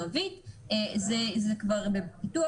זה כבר בפיתוח,